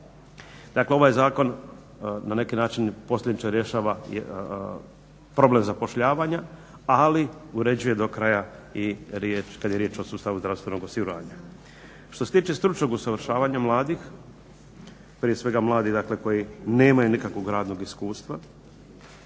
Dakle, ovaj je zakon na neki način posljedično rješava problem zapošljavanja, ali uređuje do kraja i kada je riječ o sustavu zdravstvenog osiguranja. Što se tiče stručnog usavršavanja mladih, prije svega mladih dakle koji nemaju nikakvog radnog radnog iskustva